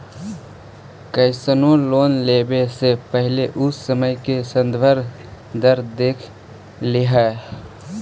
कइसनो लोन लेवे से पहिले उ समय के संदर्भ दर देख लिहऽ